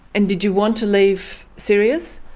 and did you want to leave sirius?